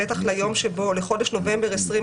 בטח לחודש נובמבר 2020,